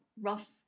rough